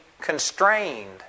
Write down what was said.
constrained